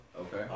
Okay